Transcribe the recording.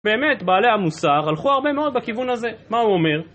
באמת, בעלי המוסר הלכו הרבה מאוד בכיוון הזה. מה הוא אומר?